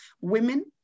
women